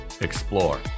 explore